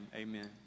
Amen